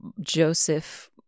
Joseph